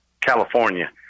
california